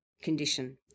Condition